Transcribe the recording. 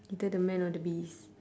either the man or the bees